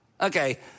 Okay